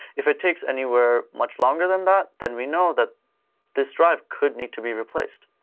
if it takes anywhere much longer than that, then we know that this drive could need to be replaced.